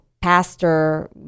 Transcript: pastor